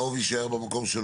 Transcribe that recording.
הצהוב יישאר במקום שלו.